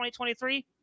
2023